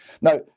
Now